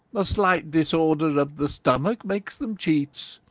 a slight disorder of the stomach makes them cheats.